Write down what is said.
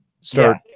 start